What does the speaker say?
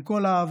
עם כל האהבה,